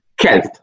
health